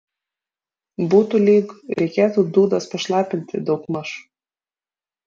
būtų lyg reikėtų dūdas pašlapinti daugmaž